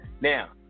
Now